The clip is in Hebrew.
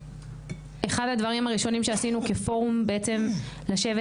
אחד הדברים הראשונים שעשינו כפורום בעצם זה לשבת